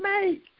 make